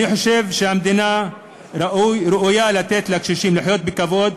אני חושב שראוי שהמדינה תיתן לקשישים לחיות בכבוד,